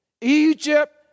Egypt